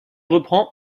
reprend